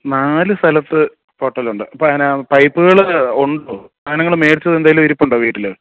നാല് സ്ഥലത്ത് പൊട്ടലുണ്ട് അപ്പം എങ്ങനാ പൈപ്പുകൾ ഉണ്ടോ സാധനങ്ങൾ മേടിച്ചതെന്തെങ്കിലും ഇരുപ്പുണ്ടോ വീട്ടിൽ